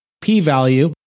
P-value